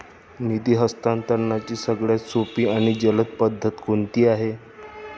निधी हस्तांतरणाची सगळ्यात सोपी आणि जलद पद्धत कोणती आहे?